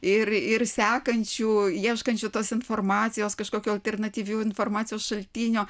ir ir sekančių ieškančių tos informacijos kažkokių alternatyvių informacijos šaltinių